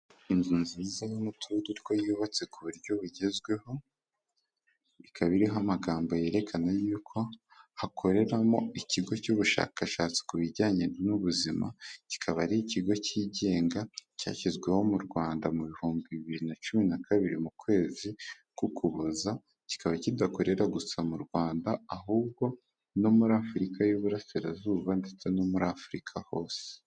Inzu nziza yo m'umuturirwa yubatse ku buryo bugezweho. Ikaba iriho amagambo yerekana yuko hakoreramo ikigo cy'ubushakashatsi ku bijyanye n'ubuzima, kikaba ari ikigo cyigenga cyashyizweho mu Rwanda mu bihumbi bibiri na cumi na kabiri mu kwezi k'ukuboza ,kikaba kidakorera gusa mu Rwanda ahubwo no muri Afurika y'uburasirazuba ndetse no muri Afurika hose.